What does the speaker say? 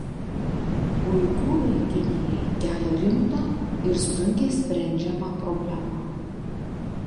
uigūrai kinijai kelia rimtą ir sunkiai sprendžiamą problemą